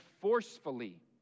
forcefully